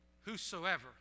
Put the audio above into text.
Whosoever